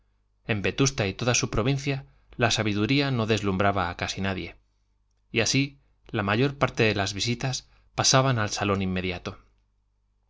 en vetusta y toda su provincia la sabiduría no deslumbraba a casi nadie y así la mayor parte de las visitas pasaban al salón inmediato